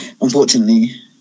unfortunately